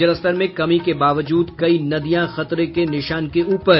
जलस्तर में कमी के बावजूद कई नदियां खतरे के निशान के ऊपर